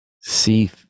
see